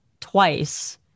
twice